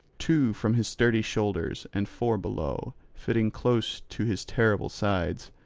two from his sturdy shoulders, and four below, fitting close to his terrible sides.